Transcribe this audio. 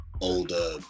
older